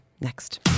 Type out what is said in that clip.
next